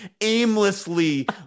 aimlessly